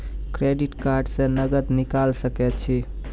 Credit card से नगद निकाल सके छी?